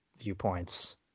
viewpoints